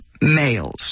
males